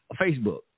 Facebook